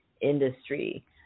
industry